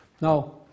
Now